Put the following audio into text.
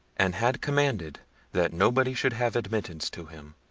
and had commanded that nobody should have admittance to him.